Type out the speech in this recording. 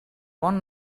bon